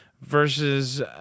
versus